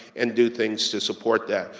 and do things to support that.